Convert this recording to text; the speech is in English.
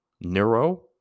neuro